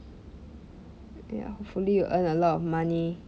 ya hopefully you earn a lot of money